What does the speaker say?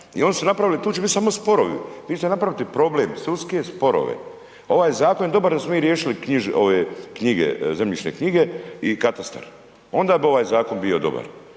i oni su napravili, tu će bit samo sporovi, vi ćete napraviti problem, sudske sporove. Ovaj zakon je dobar jer smo mi riješili knjige, zemljišne knjige i katastar, onda bi ovaj zakon bio dobar,